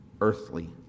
earthly